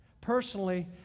Personally